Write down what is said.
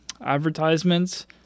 advertisements